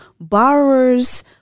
borrowers